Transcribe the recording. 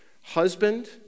husband